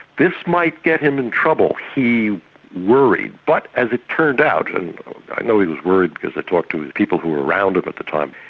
this might get him in trouble. he worried. but as it turned out, and i know he was worried, because i talked to his people who were around him at the time.